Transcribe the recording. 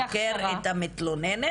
חוקר את המתלוננת?